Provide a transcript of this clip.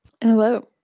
Hello